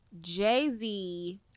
Jay-Z